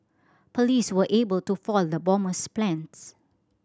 police were able to foil the bomber's plans